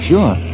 Sure